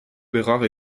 bérard